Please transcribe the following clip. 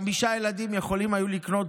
חמישה ילדים יכולים היו לקנות